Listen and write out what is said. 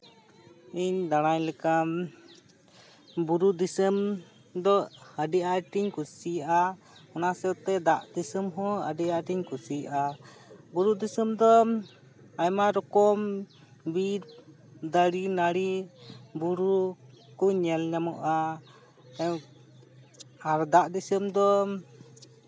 ᱤᱧ ᱫᱟᱬᱟᱭ ᱞᱮᱠᱟᱱ ᱵᱩᱨᱩ ᱫᱤᱥᱟᱹᱢ ᱫᱚ ᱟᱹᱰᱤ ᱟᱸᱴᱤᱧ ᱠᱩᱥᱤᱭᱟᱜᱼᱟ ᱚᱱᱟ ᱥᱟᱶᱛᱮ ᱫᱟᱜ ᱫᱤᱥᱚᱢ ᱦᱚᱸ ᱟᱹᱰᱤ ᱟᱸᱴᱤᱧ ᱠᱩᱥᱤᱭᱟᱜᱼᱟ ᱵᱩᱨᱩ ᱫᱤᱥᱚᱢ ᱫᱮ ᱟᱭᱢᱟ ᱨᱚᱠᱚᱢ ᱵᱤᱨ ᱫᱟᱨᱮ ᱱᱟᱲᱤ ᱵᱩᱨᱩ ᱠᱚ ᱧᱮᱞ ᱧᱟᱢᱚᱜᱼᱟ ᱟᱨ ᱫᱟᱜ ᱫᱤᱥᱚᱢ ᱫᱚ